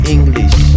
English